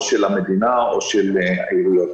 או של המדינה או של העיריות.